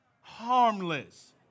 harmless